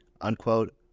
unquote